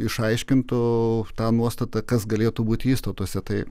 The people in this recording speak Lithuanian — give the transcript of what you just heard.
išaiškintų tą nuostatą kas galėtų būti įstatuose tai